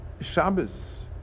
Shabbos